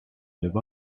live